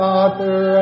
Father